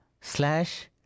slash